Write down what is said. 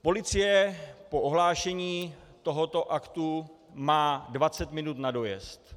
Policie po ohlášení tohoto aktu má 20 minut na dojezd.